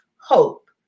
hope